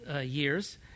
years